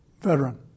veteran